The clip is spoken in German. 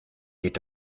geht